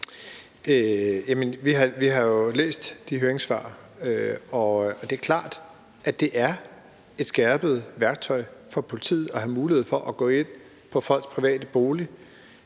Vi har jo læst de høringssvar, og det er klart, at det er et skærpet værktøj for politiet at have mulighed for at gå ind på folks private bopæl